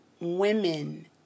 women